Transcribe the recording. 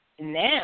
Now